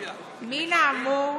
מן האמור